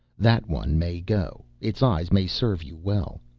that one may go, its eyes may serve you well.